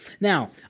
Now